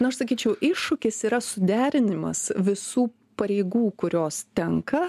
na aš sakyčiau iššūkis yra suderinimas visų pareigų kurios tenka